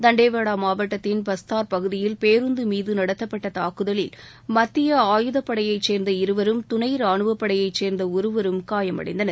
தண்டேவாடா மாவட்டத்தின் பஸ்தார் பகுதியில் பேருந்து மீது நடத்தப்பட்ட தாக்குதலில் மத்திய ஆயுதப்படையைச்சேர்ந்த இருவரும் துணை ரானுவப்படையை சேர்ந்த ஒருவரும் காயமடைந்தனர்